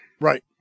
Right